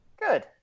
Good